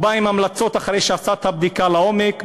הוא בא עם המלצות אחרי שעשה את הבדיקה לעומק,